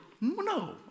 No